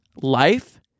life